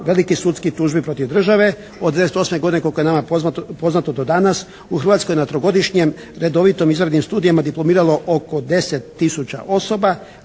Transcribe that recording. velikih sudskih tužbi protiv države, od '98. godine koliko je nama poznato do danas u Hrvatskoj na trogodišnjem redovitom …/Govornik se ne razumije./… studijima diplomiralo oko 10 tisuća osoba,